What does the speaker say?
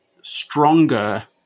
stronger